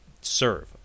serve